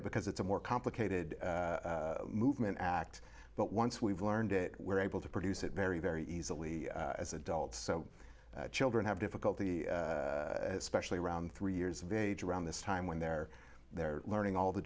it because it's a more complicated movement act but once we've learned it we're able to produce it very very easily as adults so children have difficulty especially around three years of age around this time when they're they're learning all the